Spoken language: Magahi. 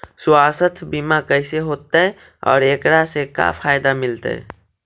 सवासथ बिमा कैसे होतै, और एकरा से का फायदा मिलतै?